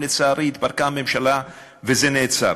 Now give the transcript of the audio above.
לצערי, התפרקה הממשלה וזה נעצר.